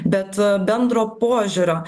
bet bendro požiūrio